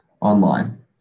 online